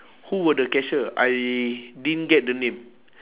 who were the cashier I didn't get the name